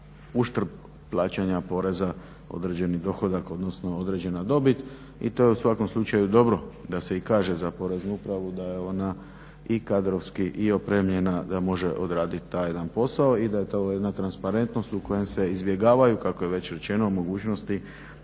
uštrb plaćanja poreza određeni dohodak odnosno određena dobit i to je u svakom slučaju dobro da se i kaže za Poreznu upravu da je ona i kadrovski i opremljena da može odraditi taj jedan posao i da je to jedna transparentnost u kojem se izbjegavaju kako je već rečeno mogućnosti